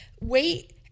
wait